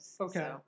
Okay